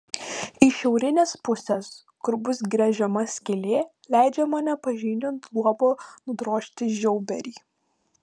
iš šiaurinės pusės kur bus gręžiama skylė leidžiama nepažeidžiant luobo nudrožti žiauberį